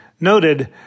noted